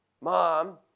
Mom